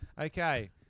Okay